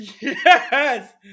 Yes